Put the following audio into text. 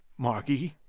margy.